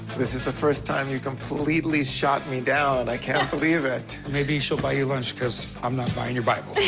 this is the first time you completely shot me down. and i can't believe it. maybe she'll buy you lunch because i'm not buying your bible.